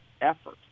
effort